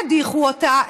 הדיחו אותה,